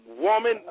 woman